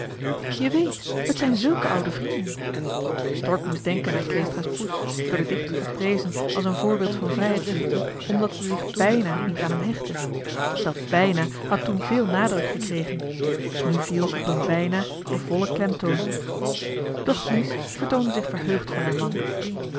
je weet het zijn zulke oude vrienden stork moest denken aan kleestra's poes door den dichter geprezen als een voorbeeld van vrijheidsliefde omdat ze zich bijna niet aan hem hechtte dat bijna had toen veel nadruk gekregen nu viel op een bijna de volle klemtoon doch mies toonde zich verheugd voor haar man